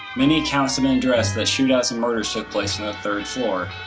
many council addressed the shootouts murders took place on a third floor.